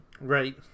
Right